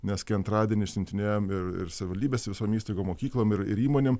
nes kai antradienį išsiuntinėjom ir ir savivaldybėse visom įstaigom mokyklom ir įmonėm